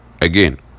Again